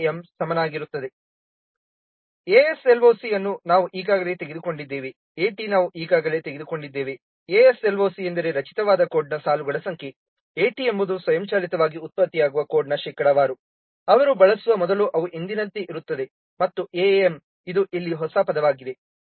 ASLOC ಅನ್ನು ನಾವು ಈಗಾಗಲೇ ತೆಗೆದುಕೊಂಡಿದ್ದೇವೆ AT ನಾವು ಈಗಾಗಲೇ ತೆಗೆದುಕೊಂಡಿದ್ದೇವೆ ASLOC ಎಂದರೆ ರಚಿತವಾದ ಕೋಡ್ನ ಸಾಲುಗಳ ಸಂಖ್ಯೆ AT ಎಂಬುದು ಸ್ವಯಂಚಾಲಿತವಾಗಿ ಉತ್ಪತ್ತಿಯಾಗುವ ಕೋಡ್ನ ಶೇಕಡಾವಾರು ಅವರು ಬಳಸುವ ಮೊದಲು ಅವು ಎಂದಿನಂತೆ ಇರುತ್ತವೆ ಮತ್ತು AAM ಇದು ಇಲ್ಲಿ ಹೊಸ ಪದವಾಗಿದೆ